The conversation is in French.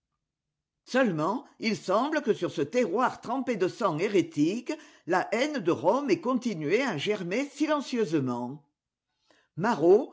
seulement il semble que sur ce terroir trempé de sang hérétique la haine de rome ait continué à germer silencieusement marot